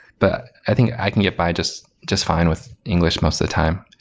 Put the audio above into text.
but i think i can get by just just fine with english most of the time.